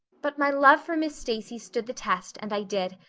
but my love for miss stacy stood the test and i did.